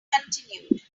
continued